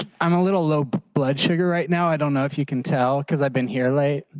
i'm a little low led sugar right now, i don't know if you can tell because i've been here late,